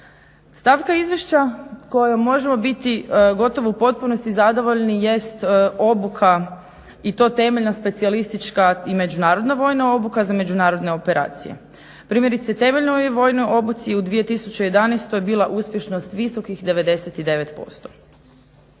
Stavka Izvješća kojom možemo biti gotovo u potpunosti zadovoljni jest obuka i to temeljna specijalistička i međunarodna vojna obuka za međunarodne operacije. Primjerice, temeljnoj je vojnoj obuci u 2011. bila uspješnost visokih 99%.